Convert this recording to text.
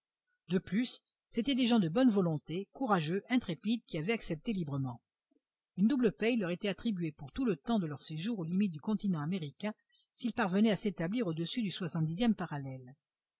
de plus c'étaient des gens de bonne volonté courageux intrépides qui avaient accepté librement une double paye leur était attribuée pour tout le temps de leur séjour aux limites du continent américain s'ils parvenaient à s'établir au-dessus du soixante dixième parallèle